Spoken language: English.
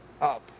up